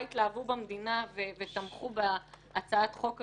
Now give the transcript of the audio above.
התלהבו במדינה ותמכו בהצעת החוק הזאת,